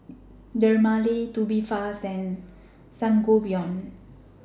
Dermale Tubifast and Sangobion